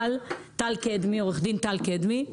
עורך דין טל קדמי,